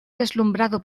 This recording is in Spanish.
deslumbrado